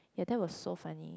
ya that was so funny